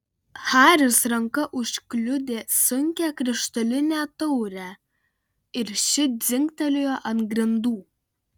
haris ranka užkliudė sunkią krištolinę taurę ir ši dzingtelėjo ant grindų